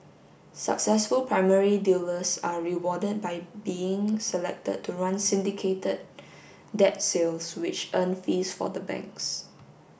successful primary dealers are rewarded by being selected to run syndicated debt sales which earn fees for the banks